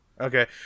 Okay